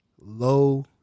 low